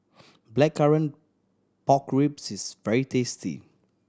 Blackcurrant Pork Ribs is very tasty